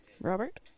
Robert